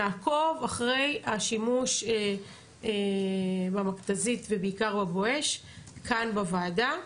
נעקוב אחרי השימוש במכת"זית ובעיקר ב"בואש" כאן בוועדה,